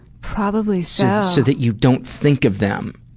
probably so. so that you don't think of them